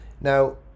now